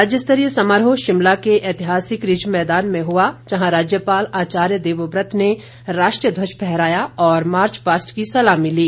राज्य स्तरीय समारोह शिमला के ऐतिहासिक रिज मैदान में हुआ जहां राज्यपाल आचार्य देवव्रत ने राष्ट्रीय ध्वज फहराया और मार्च पास्ट की सलामी ली